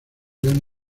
gran